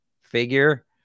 figure